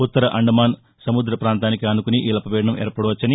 ఉత్తర అండమాన్ సముద పాంతానికి ఆనుకుని ఈ అల్పపీడనం ఏర్పడవచ్చని